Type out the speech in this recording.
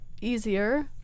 easier